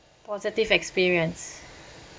positive experience